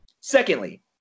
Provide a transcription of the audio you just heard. Secondly